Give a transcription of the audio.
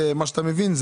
ממה שאתה מבין,